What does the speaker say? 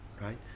right